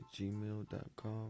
gmail.com